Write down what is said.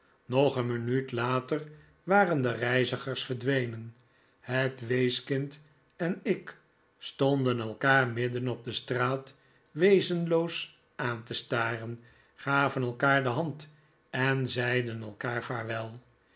nog een minuut later waren de reizigers verdwenen het weeskind en ik stonden elkaar midden op de straat wezenloos aan te staren gaven elkaar de hand en zeiden elkaar